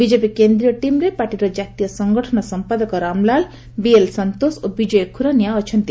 BJP କେନ୍ଦ୍ରୀୟ ଟିମ୍ରେ ପାର୍ଟିର କାତୀୟ ସଙ୍ଗଠନ ସମ୍ପାଦକ ରାମଲାଲ୍ ବିଏଲ୍ ସନ୍ତୋଷ ଓ ବିଜୟ ଖୁରାନିଆ ଅଛନ୍ତି